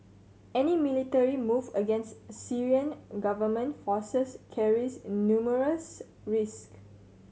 any military move against Syrian government forces carries numerous risk